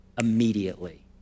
immediately